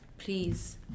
Please